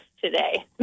today